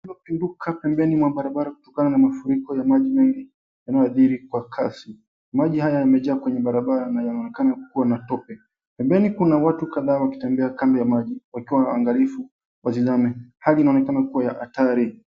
Iliyopinduka pembeni mwa barabara kutokana na mafuriko ya maji mengi yanayoathiri kww kasi. Maji haya yanaonekana kujaa barabara na yanaonekana kukuwa na tope. Pembeni kuna wtu kadhaa wakitembea kando ya maji wakiwa waangalifu wasizame. Hali inaonekana kuwa hatari.